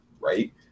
right